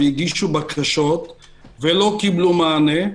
הגישו בקשות ולא קיבלו מענה,